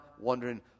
wondering